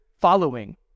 following